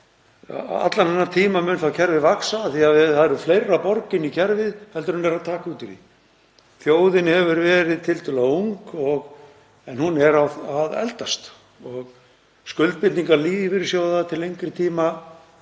Allan þennan tíma mun kerfið vaxa af því að það eru fleiri að borga inn í kerfið heldur en eru að taka út úr því. Þjóðin hefur verið tiltölulega ung en hún er að eldast og skuldbindingar lífeyrissjóða til lengri tíma